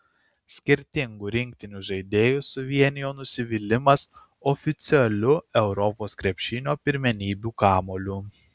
skirtingų rinktinių žaidėjus suvienijo nusivylimas oficialiu europos krepšinio pirmenybių kamuoliu